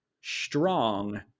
strong